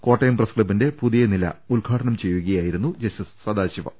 കോട്ടയം പ്രസ്ക്ലബ്ബിന്റെ പുതിയ നില ഉദ്ഘാടനം ചെയ്യുകയായിരുന്നു ജസ്റ്റിസ് സദാശിവം